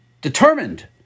determined